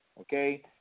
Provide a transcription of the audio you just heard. Okay